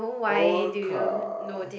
orca